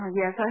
yes